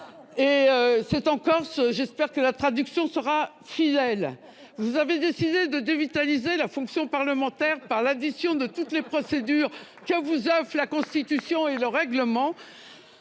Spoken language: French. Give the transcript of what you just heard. est rédigé en corse, j'espère que ma traduction sera fidèle :« Vous avez décidé de dévitaliser la fonction parlementaire par l'addition de toutes les procédures que vous offrent la Constitution et le règlement.